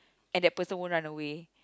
and that person won't run away